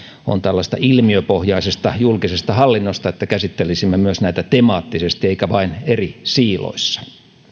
on tällaisesta ilmiöpohjaisesta julkisesta hallinnosta että käsittelisimme myös näitä temaattisesti eikä vain eri siiloissa